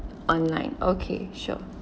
online okay sure